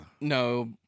No